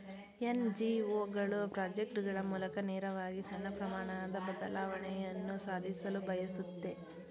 NGO ಗಳು project ಗಳ ಮೂಲಕ ನೇರವಾಗಿ ಸಣ್ಣ ಪ್ರಮಾಣದ ಬದಲಾವಣೆಯನ್ನು ಸಾಧಿಸಲು ಬಯಸುತ್ತೆ